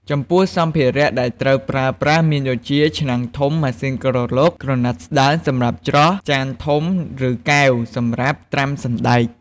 ចំពោះសម្ភារៈដែលត្រូវប្រើប្រាស់មានដូចជា ឆ្នាំងធំ ម៉ាស៊ីនក្រឡុក ក្រណាត់ស្តើងសម្រាប់ច្រោះ ចានធំ ឬកែវសម្រាប់ត្រាំសណ្ដែក។